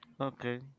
okay